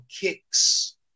kicks